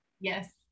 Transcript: yes